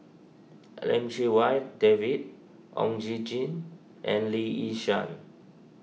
Lim Chee Wai David Oon Jin Gee and Lee Yi Shyan